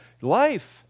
life